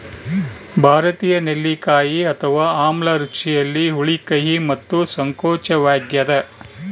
ಭಾರತೀಯ ನೆಲ್ಲಿಕಾಯಿ ಅಥವಾ ಆಮ್ಲ ರುಚಿಯಲ್ಲಿ ಹುಳಿ ಕಹಿ ಮತ್ತು ಸಂಕೋಚವಾಗ್ಯದ